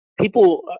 people